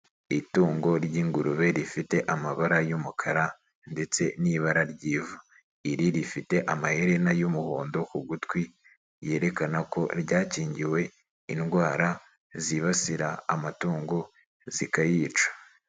Itungo ry'ingurube rifite amabara y'umukara ndetse n'ibara ry'ivu, iri rifite amaherena y'umuhondo ku gutwi yerekana ko ryakingiwe indwara zibasira amatungo zikayica.